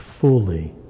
fully